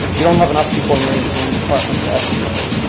you don't have enough people in your engineering department to execute them,